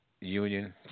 union